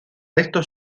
resto